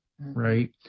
Right